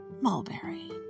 mulberry